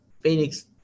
Phoenix